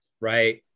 Right